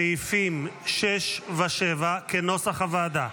סעיפים 6 7 כנוסח הוועדה.